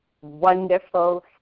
wonderful